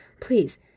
Please